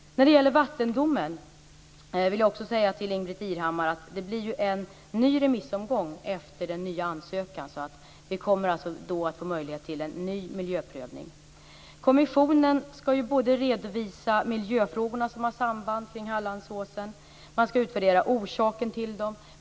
När det gäller vattendomen vill jag säga till Ingbritt Irhammar att det blir en ny remissomgång efter den nya ansökan. Det kommer då att bli en möjlighet för en ny miljöprövning. Kommissionen skall redovisa de miljöfrågor som har samband med Hallandsåsen. Den skall utvärdera orsaken till dem.